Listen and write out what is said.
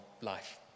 life